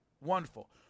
Wonderful